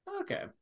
okay